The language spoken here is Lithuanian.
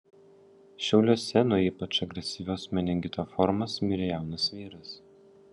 šiauliuose nuo ypač agresyvios meningito formos mirė jaunas vyras